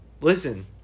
listen